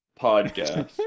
podcast